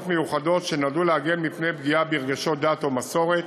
מיוחדות שנועדו להגן מפני פגיעה ברגשות דת או מסורת.